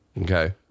Okay